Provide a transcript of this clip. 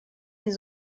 die